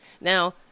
Now